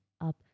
up